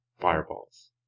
fireballs